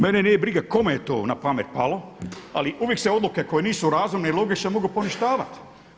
Mene nije briga kome je to na pamet palo, ali uvijek se odluke koje nisu razumne i logične mogu poništavat.